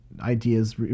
ideas